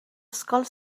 ysgol